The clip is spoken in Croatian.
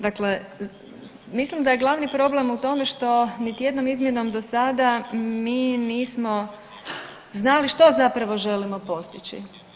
Dakle, mislim da je glavni problem u tome što niti jednom izmjenom do sada mi nismo znali što zapravo želimo postići.